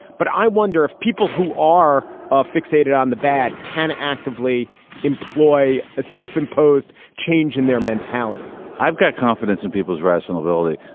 but i wonder if people who are ah fixated on the bad can actively actively employ a self-imposed change in their mentality i've got confidence in people's rational ability.